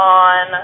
on